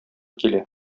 килә